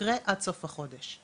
יקרה עד סוף החודש.